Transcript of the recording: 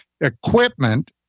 equipment